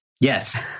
Yes